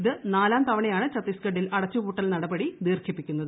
ഇത് നാലാം ഘട്ടമാണ് ഛത്തീസ്ഗഡിൽ അടച്ചുപൂട്ടൽ നടപടി ദീർഘിപ്പിക്കുന്നത്